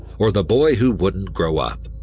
or the boy who wouldn't grow up.